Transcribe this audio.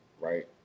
right